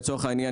לצורך העניין,